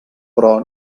però